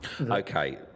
Okay